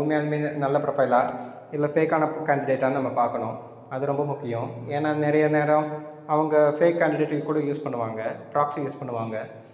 உண்மையாலுமே நல்ல ப்ரொஃபைலாக இல்லை ஃபேக்கான கேண்டிடேட்டான்னு நம்ம பார்க்கணும் அது ரொம்ப முக்கியம் ஏன்னால் நிறைய நேரம் அவங்க ஃபேக் கேண்டிடேட்டிங் கூட யூஸ் பண்ணுவாங்கள் ப்ராக்சி யூஸ் பண்ணுவாங்கள்